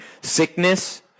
sickness